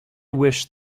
wish